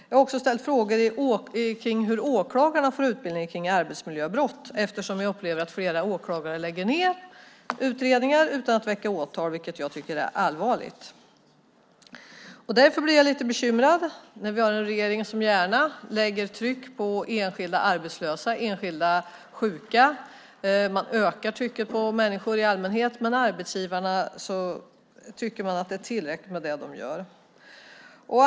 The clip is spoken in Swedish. Jag har också ställt frågor om hur åklagarna får utbildning i arbetsmiljöbrott eftersom jag upplever att flera åklagare lägger ned utredningar utan att väcka åtal, vilket jag tycker är allvarligt. Därför blir jag lite bekymrad när vi har en regering som gärna lägger tryck på enskilda arbetslösa och enskilda sjuka. Man ökar trycket på människor i allmänhet, men man tycker att det arbetsgivarna gör är tillräckligt.